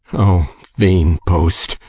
o vain boast!